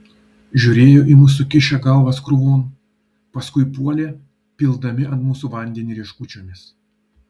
žiūrėjo į mus sukišę galvas krūvon paskui puolė pildami ant mūsų vandenį rieškučiomis